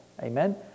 amen